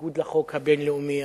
בניגוד לחוק הבין-לאומי,